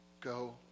Go